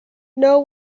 know